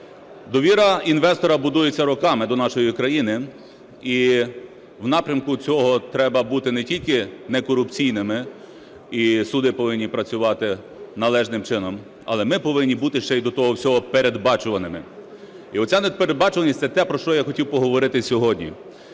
Довіра інвестора будується роками до нашої країни. І в напрямку цього треба бути не тільки некорупційними і суди повинні працювати належним чином, але ми повинні бути ще й до того всього передбачуваними. І оця непередбачуваність – це те, про що я хотів поговорити сьогодні.